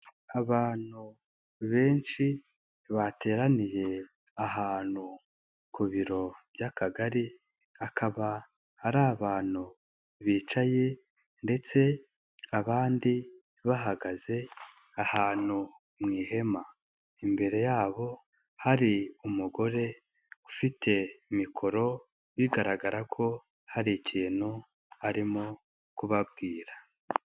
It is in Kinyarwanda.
Abantu benshi bateraniye ahantu ku biro by'akagari, akaba ari abantu bicaye ndetse abandi bahagaze ahantu mu ihema. Imbere yabo hari umugore ufite mikoro bigaragara ko hari ikintu arimo kubabwira.